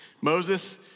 Moses